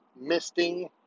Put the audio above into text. misting